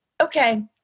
okay